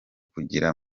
kugira